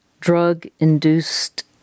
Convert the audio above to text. drug-induced